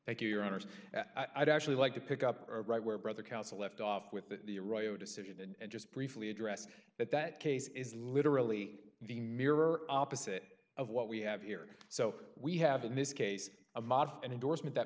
thank you your honor i'd actually like to pick up right where brother counsel left off with a royal decision and just briefly address that that case is literally the mirror opposite of what we have here so we have in this case a model an endorsement that